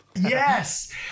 Yes